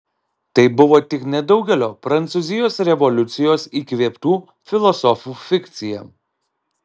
tai buvo tik nedaugelio prancūzijos revoliucijos įkvėptų filosofų fikcija